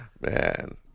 Man